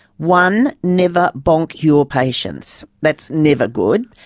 one, never bonk your patients that's never good.